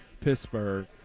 Pittsburgh